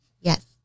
Yes